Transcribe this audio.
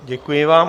Děkuji vám.